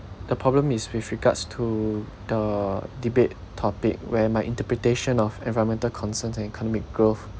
the problem is with regards to the debate topic where my interpretation of environmental concerns and economic growth